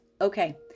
okay